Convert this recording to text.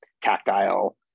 tactile